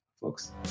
folks